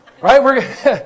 right